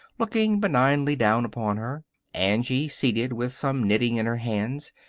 looking benignly down upon her angie seated, with some knitting in her hands,